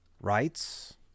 rights